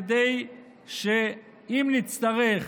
כדי שאם נצטרך